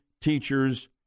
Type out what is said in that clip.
teachers